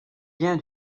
vient